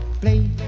play